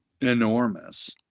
enormous